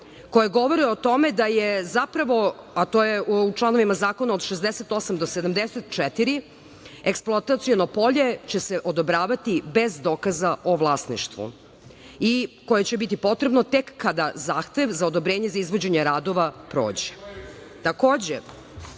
koje govore o tome da je zapravo, a to je u članovima zakona od 68. do 74. – eksploataciono polje će se odobravati bez dokaza o vlasništvu, koje će biti potrebno tek kada zahtev za odobrenje izvođenja radove prođe.